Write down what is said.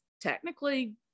technically